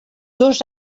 dos